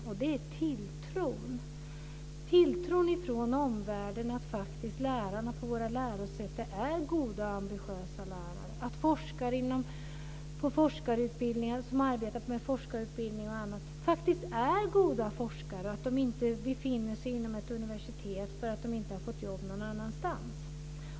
Det är tilltron - tilltron från omvärlden till att lärarna på våra lärosäten är goda och ambitiösa lärare, att de forskare som har arbetat med forskarutbildning och annat är goda forskare och att de inte befinner sig inom ett universitet därför att de inte har fått jobb någon annanstans.